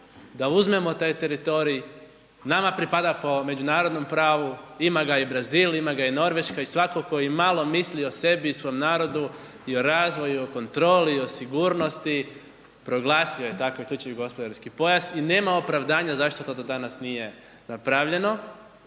da uzmemo taj teritorij, nama pripada po međunarodnom pravu. Ima ga i Brazil, ima ga i Norveška i svatko tko i malo misli o sebi i svom narodu, i razvoju, o kontroli, o sigurnosti proglasio je takav slični gospodarski pojas. I nema opravdanja zašto to do danas nije napravljeno.